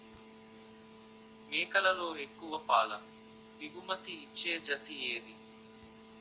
మేకలలో ఎక్కువ పాల దిగుమతి ఇచ్చే జతి ఏది?